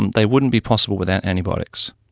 and they wouldn't be possible without antibiotics.